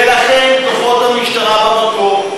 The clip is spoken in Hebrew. ולכן כוחות המשטרה במקום,